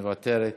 מוותרת.